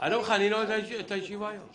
אני אומר לך, אני נועל את הישיבה היום.